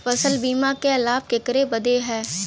फसल बीमा क लाभ केकरे बदे ह?